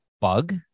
bug